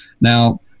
Now